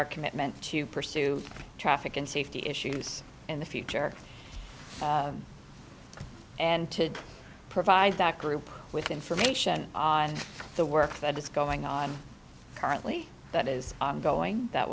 our commitment to pursue traffic and safety issues in the future and to provide that group with information on the work that is going on currently that is ongoing that